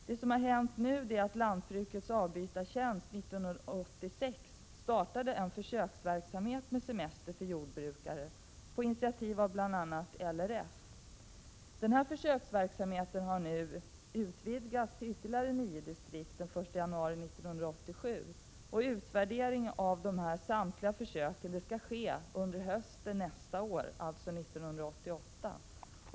Det som har hänt sedan dess är att lantbrukets avbytartjänst år 1986 startade en försöksverksamhet med semester för jordbrukare på initiativ av bl.a. LRF. Denna försöksverksamhet har nu utvidgats till ytterligare nio distrikt från den 1 januari 1987. Utvärdering av samtliga försök skall ske under hösten 1988.